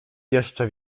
jeszcze